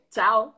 Ciao